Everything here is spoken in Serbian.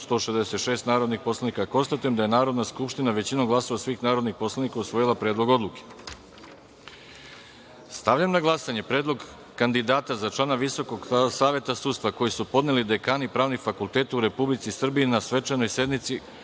166 narodnih poslanika. Konstatujem da je Narodna skupština većinom glasova svih narodnih poslanika usvojila Predlog odluke. Stavljam na glasanje Predlog kandidata za člana Visokog saveta sudstva, koji su podneli dekani pravnih fakulteta u Republici Srbiji na zajedničkoj sednici,